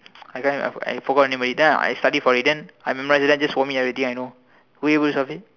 I can't I forgot forgot on it but it then out I study for it then I memorize it then just vomit already I know way most of it